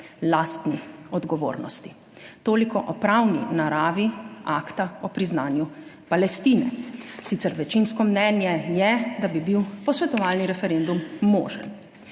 lastni odgovornosti. Toliko o pravni naravi Akta o priznanju Palestine. Sicer večinsko mnenje je, da bi bil posvetovalni referendum možen.